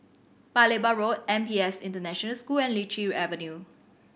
Paya Lebar Road N P S International School and Lichi Avenue